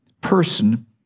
person